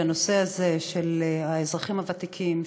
שהנושא הזה של האזרחים הוותיקים,